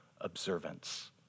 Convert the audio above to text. observance